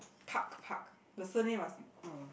park park the surname must be no